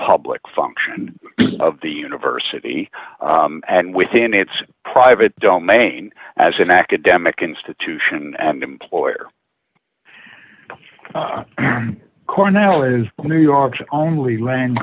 public function of the university and within its private domain as an academic institution and employer cornell is new york's only lan